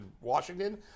Washington